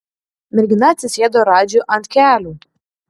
mergina atsisėdo radžiui ant kelių